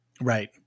Right